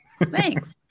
Thanks